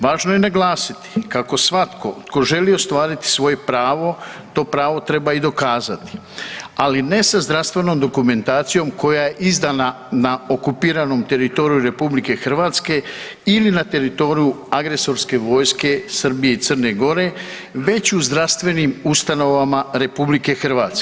Važno je naglasiti kako svatko tko želi ostvariti svoje pravo to pravo treba i dokazati, ali ne sa zdravstvenom dokumentacijom koja je izdana na okupiranom teritoriju RH ili na teritoriju agresorske vojske Srbije i Crne Gore već i u zdravstvenim ustanovama RH.